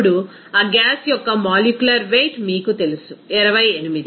ఇప్పుడు ఆ గ్యాస్ యొక్క మాలిక్యులర్ వెయిట్ మీకు తెలుసు 28